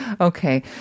Okay